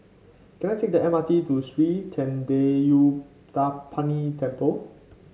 can I take the M R T to Sri Thendayuthapani Temple